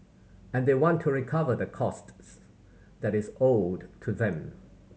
and they want to recover the costs that is owed to them